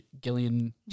Gillian